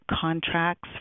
contracts